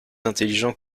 intelligents